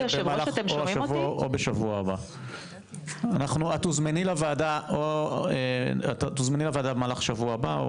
את תוזמני לוועדה במהלך שבוע הבא או